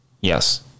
Yes